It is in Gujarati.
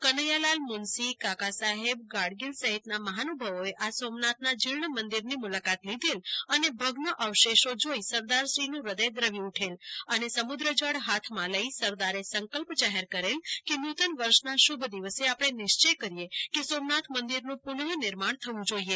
કનૈયા લાલ મુન્શી કાકા સાહેબ ગાડગીલ સહિતના મહાનુભાવોએ સોમનાથના જીર્ણ મંદિરની મુલાકાત લીધેલ અને ભગ્ન અવશેષો જોઈ સરદારશ્રીનું હૃદય દ્રવી ઉઠેલ અને સમુદ્ર જળ હાથમાં લઈ સરદારે સંકલ્પ જાહેર કરેલ કે નૂતન વર્ષના શ્રુભ દિવસે આપણે નિશ્ચય કરીએ કે સોમનાથ મંદિરનું પુનઃ નિર્માણ થવું જોઈએ